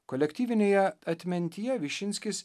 kolektyvinėje atmintyje višinskis